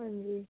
ਹਾਂਜੀ